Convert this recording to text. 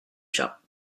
shop